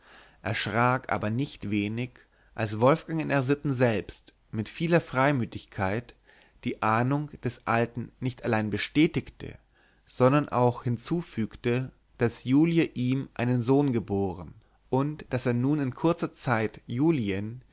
erschrak aber nicht wenig als wolfgang in r sitten selbst mit vieler freimütigkeit die ahnung des alten nicht allein bestätigte sondern auch hinzufügte daß julie ihm einen sohn geboren und daß er nun in kurzer zeit julien